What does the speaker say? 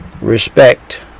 Respect